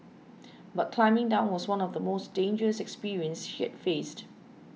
but climbing down was one of the most dangerous experience she has faced